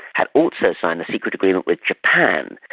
had also signed a secret agreement with japan,